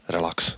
Relax